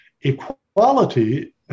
Equality